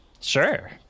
Sure